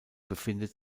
befindet